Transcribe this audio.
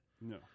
No